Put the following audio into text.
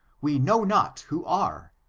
we know not who are,